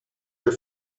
your